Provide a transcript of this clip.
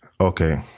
Okay